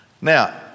Now